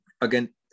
Again